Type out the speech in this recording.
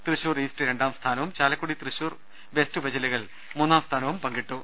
Thrissur east രണ്ടാം സ്ഥാനവും Chalakudy Thrissur west ഉപജില്ലകൾ മൂന്നാം സ്ഥാനവും പങ്കിട്ടു